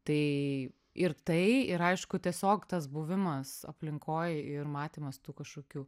tai ir tai ir aišku tiesiog tas buvimas aplinkoj ir matymas tų kašokių